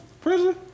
prison